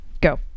Go